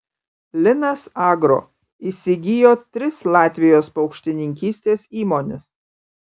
linas agro įsigijo tris latvijos paukštininkystės įmones